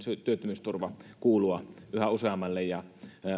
työttömyysturva kuulua yhä useammalle ja